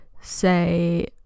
say